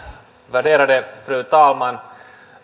värderade fru talman